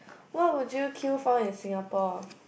what would you queue for in Singapore